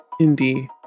indie